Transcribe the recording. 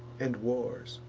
and wars.